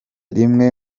rimwe